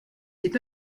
est